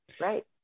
Right